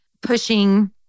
pushing